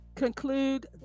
conclude